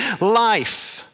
life